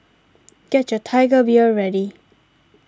get your Tiger Beer ready